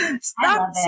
stop